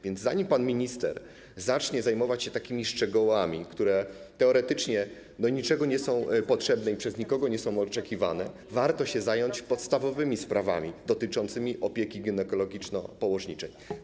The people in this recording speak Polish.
Więc zanim pan minister zacznie zajmować się takimi szczegółami, które teoretycznie do niczego nie są potrzebne i przez nikogo nie są oczekiwane, warto zająć się podstawowymi sprawami dotyczącymi opieki ginekologiczno-położniczej.